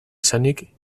izanik